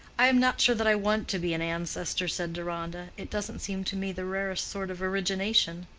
i am not sure that i want to be an ancestor, said deronda. it doesn't seem to me the rarest sort of origination.